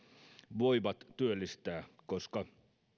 voivat työllistää